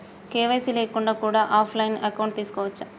KYC లేకుండా కూడా offline account తీసుకోవచ్చా?